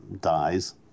dies